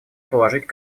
положить